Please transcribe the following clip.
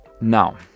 Now